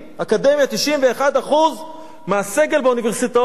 אקדמיה, 91% מהסגל באוניברסיטאות